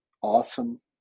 awesome